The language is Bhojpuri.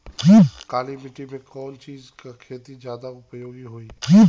काली माटी में कवन चीज़ के खेती ज्यादा उपयोगी होयी?